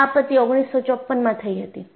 આ આપત્તિ 1954 માં થઈ હતી